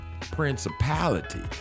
Principality